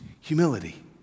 humility